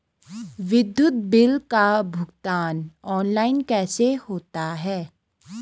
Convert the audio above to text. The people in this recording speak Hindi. विद्युत बिल का भुगतान ऑनलाइन कैसे होता है?